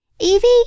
Evie